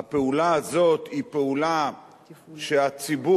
הפעולה הזאת היא פעולה שהציבור,